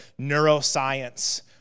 neuroscience